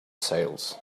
sails